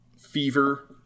Fever